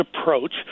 approach